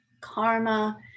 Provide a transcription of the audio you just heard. karma